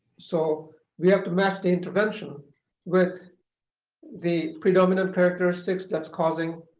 so we have to match the intervention with the predominant characteristics that's causing